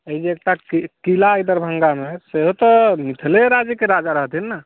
एहि एकटा कि किला अइ दरभङ्गामे सेहो तऽ मिथिले राज्य कऽ राजा रहथिन ने